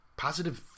positive